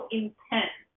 intense